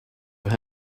have